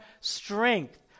strength